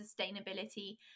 sustainability